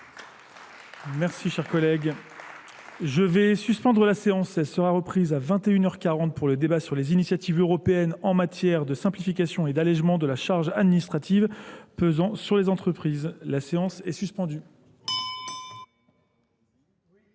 Merci, cher collègue. Je vais suspendre la séance. Elle sera reprise à 21h40 pour le débat sur les initiatives européennes en matière de simplification et d'allègement de la charge administrative pesant sur les entreprises. La séance est suspendue.